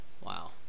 Wow